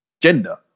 Gender